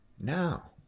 now